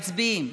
מצביעים.